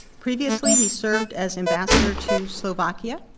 previously he served as ambassador to slovakia,